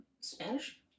Spanish